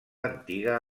antiga